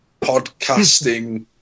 podcasting